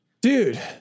Dude